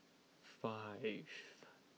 five